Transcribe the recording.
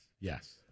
Yes